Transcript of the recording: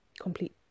complete